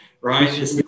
right